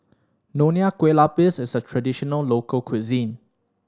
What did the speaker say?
Nonya Kueh Lapis is a traditional local cuisine